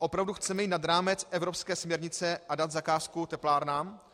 Opravdu chceme jít nad rámec evropské směrnice a dát zakázku teplárnám?